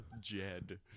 Jed